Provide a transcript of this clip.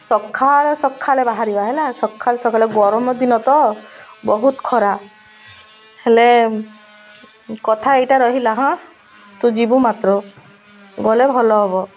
ସକାଳ ସକାଳେ ବାହାରିବା ହେଲା ସକାଳୁ ସକାଳୁ ଗରମ ଦିନ ତ ବହୁତ ଖରା ହେଲେ କଥା ଏଇଟା ରହିଲା ହାଁ ତୁ ଯିବୁ ମାତ୍ର ଗଲେ ଭଲ ହେବ